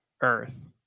Earth